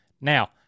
Now